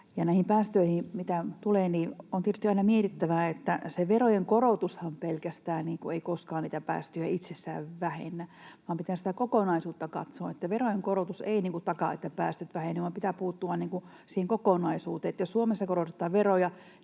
näihin päästöihin tulee, niin on tietysti aina mietittävä, että pelkästään se verojen korotushan ei koskaan niitä päästöjä itsessään vähennä, vaan pitää katsoa sitä kokonaisuutta. Verojen korotus ei takaa, että päästöt vähenevät, vaan pitää puuttua siihen kokonaisuuteen. Jos Suomessa korotetaan veroja,